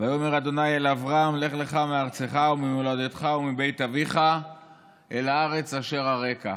"ויאמר ה' אל אברם לך לך מארצך וממולדתך ומבית אביך אל הארץ אשר אראך".